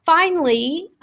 finally,